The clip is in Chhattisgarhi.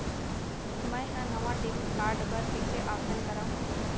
मै हा नवा डेबिट कार्ड बर कईसे आवेदन करव?